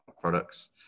products